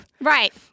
right